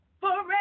Forever